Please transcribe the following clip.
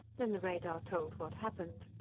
then the radar told what happened.